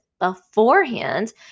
beforehand